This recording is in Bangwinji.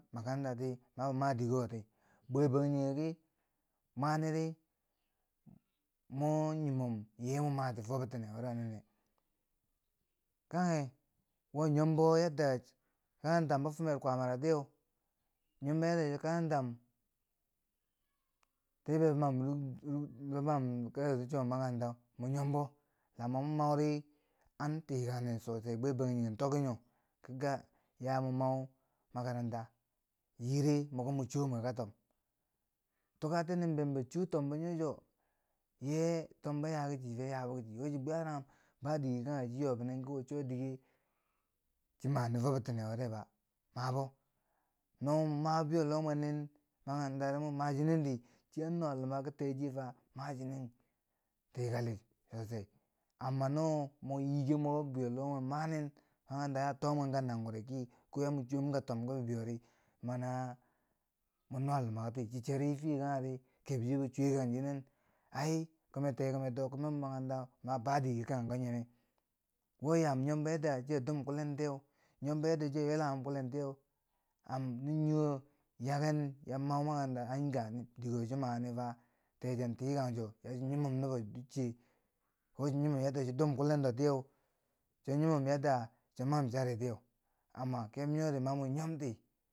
Makaranta ti, mabi ma dike woti bwe bangjinghe ki mani di mwan nyimom ye mo mati fo bitine wure ninne, kanghe wo nyombo yadda cha karantam bifumero kwaamaro tiyeu, mo meri a karantam tibeu, n- n- n- yilam kero chi chom makarantau, mwa nyombo, amma mo mauri, an tikang nen sosai, bwe bangjinghe tokki nyo, ki ga yaya mwa mow makaranta, yiire muki maki ma cho mwe kan tom, tuka tinibembo chuwo tombo nyo cho, ye tombo yaa ki chi fe, yabo ki chi fiye, wo chin bwiyaranghum, ba dike kanghe chi yobinen fo kicho dike chi mani fo bitine wuro ba mabo. No mo ma bebeyo log mwe, nin makaranta ri, mo ma chinen di chi an nuwa luma ki techiye fa ma chinen tikali sosai, amma no mo yiiken moko bibeiyo loh mwe manin makaranta atomwen ka nangure kii, ko ya mwa chuwom, ka tom ki bibeiyo ri, mana mana. nuwa lumakti, chi cheri fiye kanghe ri, keb chibo cweyekang chinen, ai kime tekume dok kimenbo makaranta, kuma ba dike chi nyime, wo yam nyombo yadda chiya dum kullen tiyeu nyombo yadda chi a yullanghum kullen tiyeu, an niwo yaaken ya mau makarantau an ganem, dike chi maneu fa teche tikang cho che nyimom nubo ducce, wo chon nyimom yadda cho duum kullendo tiyeu, chon nyimom yadda cha mam chari tiyeu, amma kebo nyori ma mwa nyomti.